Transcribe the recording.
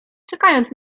czekając